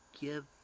give